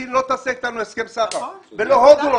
סין לא תעשה אתנו הסכם סחר וגם לא הודו.